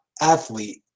athlete